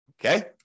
Okay